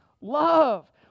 love